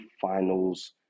finals